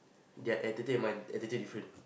their attitude and my attitude different